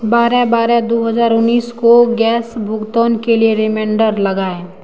बारह बारह दो हजार उन्नीस को गैस भुगतान के लिए रिमाइंडर लगाएँ